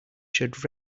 should